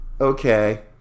Okay